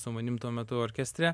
su manim tuo metu orkestre